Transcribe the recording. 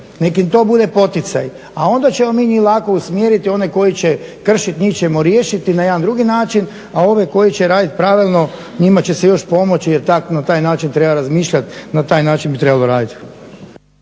Nek im to bude poticaj, a onda ćemo mi njih lako usmjeriti. Oni koji će kršiti njih ćemo riješiti na jedan drugi način, a ovi koji će raditi pravilno njima će se još pomoći jer na taj način treba razmišljati na taj način bi trebalo raditi.